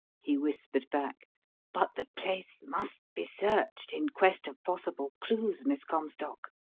he whispered back but the place must be searched in quest of possible clues, miss comstock.